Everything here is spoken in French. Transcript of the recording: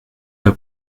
pas